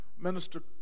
minister